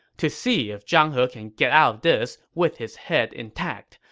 to see if zhang he can get out of this with his head intact,